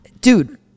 dude